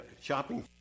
shopping